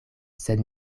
sed